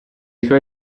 suoi